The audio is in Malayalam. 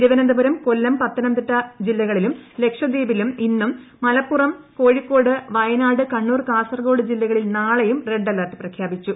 തിരുവനന്തപുരം കൊല്ലം പത്തനംതിട്ട ജില്ലകളിലും ലക്ഷദ്വീപിലും ഇന്നും മലപ്പുറം കോഴിക്കോട് വയനാട് കണ്ണൂർ കാസർകോട് ജില്ലകളിൽ നാളെയും റെഡ് അലർട്ട് പ്രഖ്യാപിച്ചു